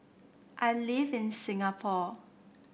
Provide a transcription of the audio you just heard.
I live in Singapore